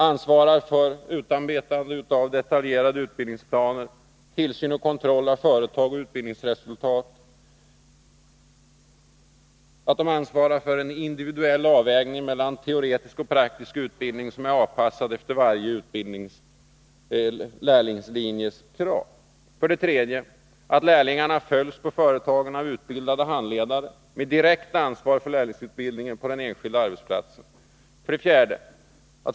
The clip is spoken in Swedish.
— ansvarar för utarbetandet av detaljerade utbildningsplaner, för tillsyn och kontroll av företag och utbildningsresultat samt för individuell avvägning mellan teoretisk och praktisk utbildning, avpassad efter varje lärlingslinjes krav. 3. Lärlingarna följs på företagen av utbildade handledare med direkt ansvar för lärlingsutbildningen på den enskilda arbetsplatsen. 4.